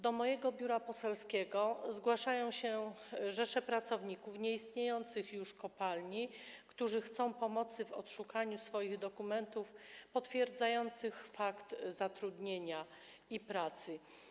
Do mojego biura poselskiego zgłaszają się rzesze pracowników nieistniejących już kopalni, którzy chcą pomocy w odszukaniu swoich dokumentów potwierdzających fakt zatrudnienia i pracy.